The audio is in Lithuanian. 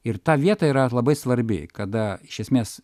ir tą vietą yra labai svarbi kada iš esmės